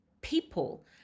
people